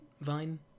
Vine